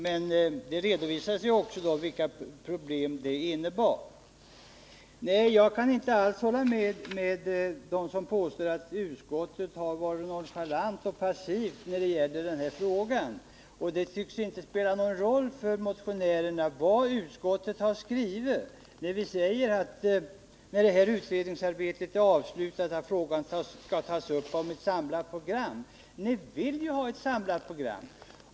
Men det redovisades då också vilka problem det innebar. Nej, jag kan inte alls hålla med dem som påstår att utskottet har varit nonchalant och passivt i den här frågan. Det tycks inte spela någon roll för motionärerna vad utskottet har skrivit. Vi säger ju att när utredningsarbetet är avslutat skall frågan tas upp om ett samlat program. Ni vill ju ha ett samlat program.